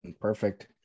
Perfect